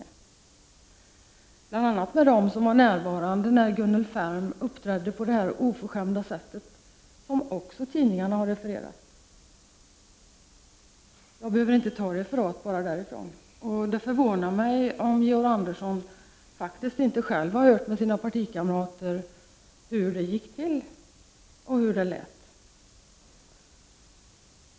Det gäller bl.a. dem som var närvarande när Gunnel Färm uppträdde på detta oförskämda sätt, som också tidningarna har refererat — jag behöver alltså inte bara ta referat därifrån. Det förvånar mig om Georg Andersson inte själv har hört med sina partikamrater hur det gick till och hur det lät.